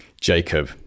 Jacob